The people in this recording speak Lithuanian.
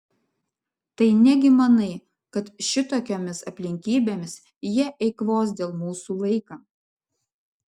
tai negi manai kad šitokiomis aplinkybėmis jie eikvos dėl mūsų laiką